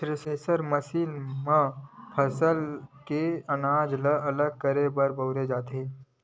thresher machine म फसल ले अनाज ल अलगे करे बर बउरे जाथे